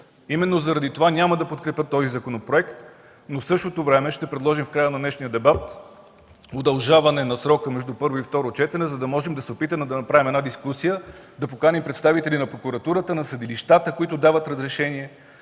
Именно заради това няма да подкрепя този законопроект, но в същото време ще предложа в края на днешния дебат удължаване на срока между първо и второ четене, за да можем да се опитаме да направим дискусия, да поканим представители на Прокуратурата и съдилищата, които дават разрешение